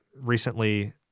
Recently